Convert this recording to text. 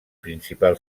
principal